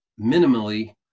minimally